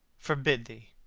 forbid thee,